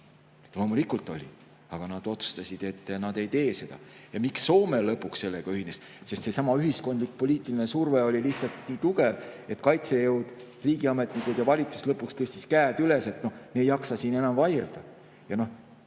Loomulikult oli, aga nad otsustasid, et nad ei tee seda. Miks Soome lõpuks sellega ühines? Sest seesama ühiskondlik-poliitiline surve oli lihtsalt nii tugev, et kaitsejõud, riigiametnikud ja valitsus lõpuks tõstsid käed üles, ei jaksanud enam vaielda.